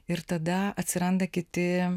ir tada atsiranda kiti